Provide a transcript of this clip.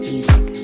Music